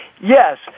Yes